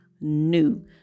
new